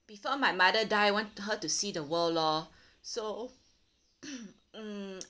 before my mother die want her to see the world lor so um